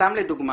סתם לדוגמה,